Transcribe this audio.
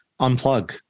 unplug